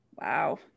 Wow